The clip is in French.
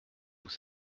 vous